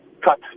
cut